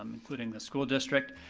um including the school district,